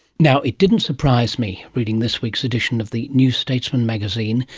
now it didn't surprise me, reading this week's edition of the new statesman magazine,